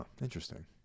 Interesting